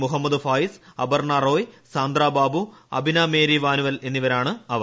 Muhammad Fayiz Aparna Roy Sandra ബ്ലൂബു Abina Mary Manuel എന്നിവരാണ് അവർ